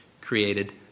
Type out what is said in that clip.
created